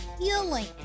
healing